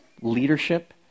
leadership